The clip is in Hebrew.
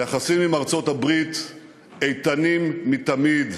שהיחסים עם ארצות-הברית איתנים מתמיד,